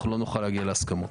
אנחנו לא נוכל להגיע להסכמות.